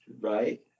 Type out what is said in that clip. right